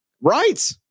Right